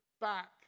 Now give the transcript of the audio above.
back